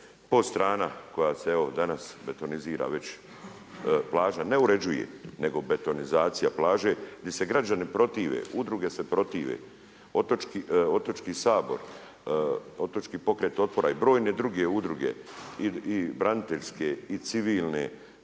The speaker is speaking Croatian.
Podstrana koja se evo danas betonizira plaža, ne uređuje nego betonizacija plaže gdje se građani protive, udruge se protive, otočki sabor, otočki pokret otpora i brojne druge udruge i braniteljske i civilne